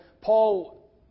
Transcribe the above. Paul